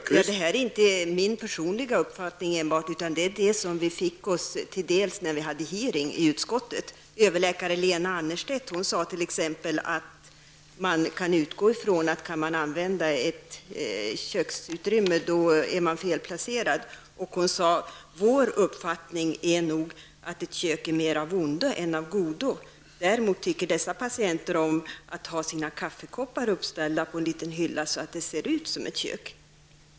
Herr talman! Det här är inte enbart min personliga uppfattning utan vad vi fick höra när vi hade utfrågningen i utskottet. Överläkare Lena Annerstedt t.ex. sade att man kan utgå ifrån att kan man använda ett köksutrymme är man felplacerad. Hon sade: Vår uppfattning är nog att ett kök är mera av ondo än av godo. Däremot tycker patienterna om att ha sina kaffekoppar uppställda på en liten hylla, så att det ser ut som ett kök.